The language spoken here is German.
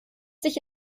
sich